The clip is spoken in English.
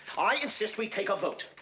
i insist we take a vote.